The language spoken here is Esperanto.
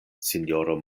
sinjoro